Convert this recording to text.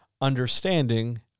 understanding